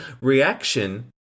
reaction